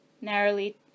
narrowly